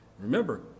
Remember